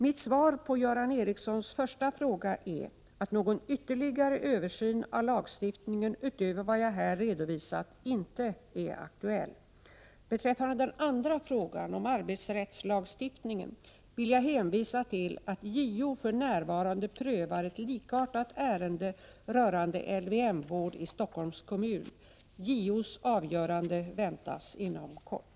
Mitt svar på Göran Ericssons första fråga är att någon ytterligare översyn av lagstiftningen utöver vad jag här redovisat inte är aktuell. Beträffande den andra frågan, om arbetsrättslagstiftningen, vill jag hänvisa till att JO för närvarande prövar ett likartat ärende rörande LVM-vård i Stockholms kommun. JO:s avgörande väntas inom kort.